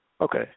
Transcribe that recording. Okay